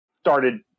started